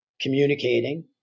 communicating